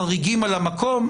חריגים על המקום?